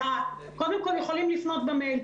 קודם כל, יכולים לפנות במייל.